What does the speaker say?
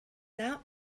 now